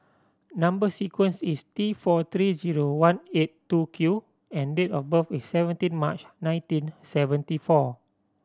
number sequence is T four three zero one eight two Q and date of birth is seventeen March nineteen seventy four